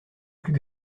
plus